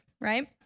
right